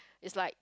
it's like